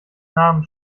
namen